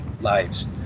lives